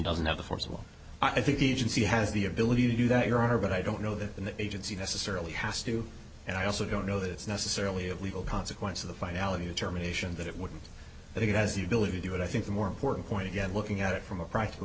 doesn't have a force well i think the agency has the ability to do that your honor but i don't know that the agency necessarily has to and i also don't know that it's necessarily of legal consequence of the finality of terminations that it would i think has the ability to do what i think the more important point again looking at it from a practical